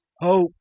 hope